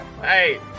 hey